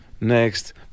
next